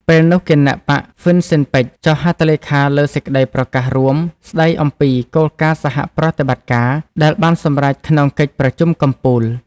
ពេលនោះ គណបក្សហ្វ៊ិនស៊ិនប៉ិច ចុះហត្ថលេខាលើសេចក្តីប្រកាសរួមស្តីអំពីគោលការណ៍សហប្រតិបត្តិការ ដែលបានសម្រេចក្នុង កិច្ចប្រជុំកំពូល។